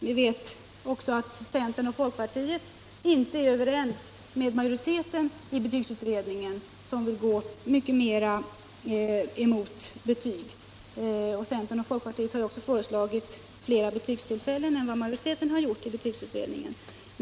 Vi vet också att inte heller centern och folkpartiet är överens med majoriteten i betygsutredningen, som är mycket mera negativt inställd till betyg. Centern och folkpartiet har ju föreslagit flera betygstillfällen än vad majoriteten i betygsutredningen har gjort.